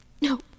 No